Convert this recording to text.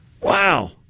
Wow